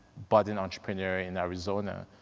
budding entrepreneur in arizona.